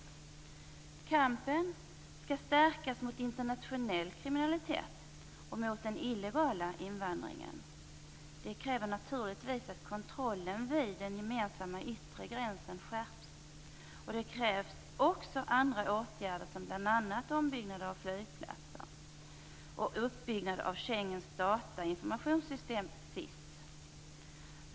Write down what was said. Kampen skall stärkas mot internationell kriminalitet och mot den illegala invandringen. Det kräver naturligtvis att kontrollen vid den gemensamma yttre gränsen skärps. Det krävs också andra åtgärder, bl.a. Schengens datainformationssystem SIS.